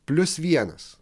plius vienas